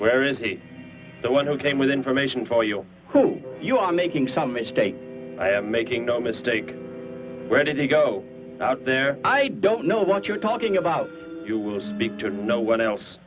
where is he the one who came with information for you you are making some mistakes i am making the mistake ready to go out there i don't know what you're talking about you will speak to no one else